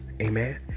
Amen